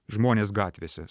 žmonės gatvėse